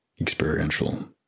experiential